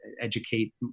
educate